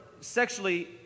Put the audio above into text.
sexually